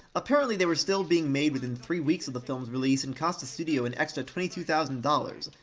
apparently, they were still being made within three weeks of the film's release and cost the studio an extra twenty two thousand dollars.